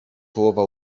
połowa